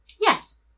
Yes